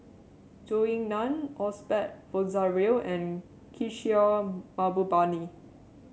Zhou Ying Nan Osbert Rozario and Kishore Mahbubani